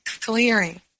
clearing